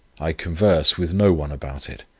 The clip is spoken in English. i converse with no one about it.